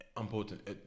important